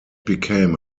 became